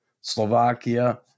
slovakia